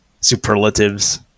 Superlatives